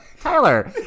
Tyler